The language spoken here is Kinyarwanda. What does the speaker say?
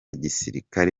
gisirikare